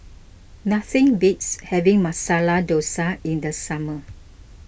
nothing beats having Masala Dosa in the summer